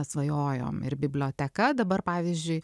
nesvajojom ir biblioteka dabar pavyzdžiui